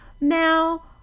Now